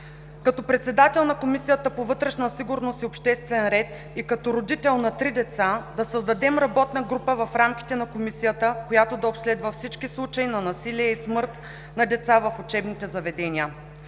като председател на Комисията по вътрешна сигурност и обществен ред и като родител на три деца, да създадем работна група в рамките на Комисията, която да обследва всички случаи на насилие и смърт на деца в учебните заведения.